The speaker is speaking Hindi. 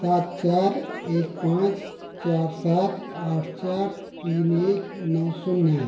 सात चार एक पाँच चार सात आठ चार तीन एक नौ शून्य है